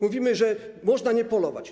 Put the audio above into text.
Mówimy, że można nie polować.